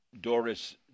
Doris